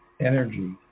energy